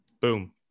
Boom